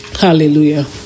Hallelujah